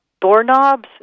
doorknobs